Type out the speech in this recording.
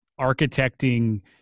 architecting